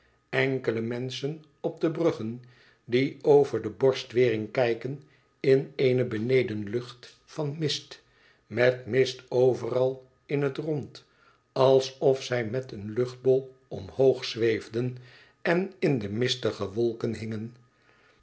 enkele menschen op de bruggen die over de borstwering kijken in eene benedenlucht van mist met mist overal in het rond alsof zij met een luchtbol omhoog zweefden en in de mistige wolken hingen